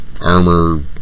armor